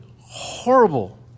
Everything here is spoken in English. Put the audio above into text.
horrible